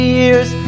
years